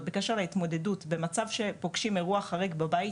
בקש להתמודדות במצב שבו הם פוגשים אירוע חריג בבית,